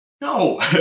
No